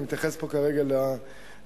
אני מתייחס פה כרגע לתמ"ת,